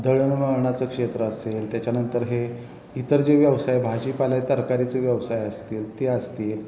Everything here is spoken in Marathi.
दळणवळणाचं क्षेत्र असेल त्याच्यानंतर हे इतर जे व्यवसाय भाजीपाल्या तरकारीचे व्यवसाय असतील ते असतील